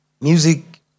Music